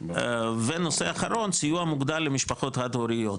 נושא שני סיוע מוגדל למשפחות חד הוריות,